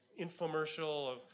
infomercial –